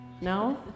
No